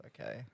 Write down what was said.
okay